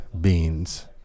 beans